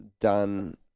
done